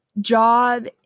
job